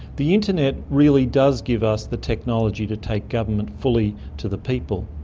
the internet really does give us the technology to take government fully to the people.